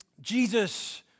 Jesus